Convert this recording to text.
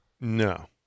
No